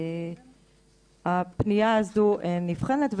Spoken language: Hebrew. הפנייה הזו נבחנת,